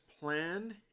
plan